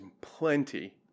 plenty